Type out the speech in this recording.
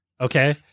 okay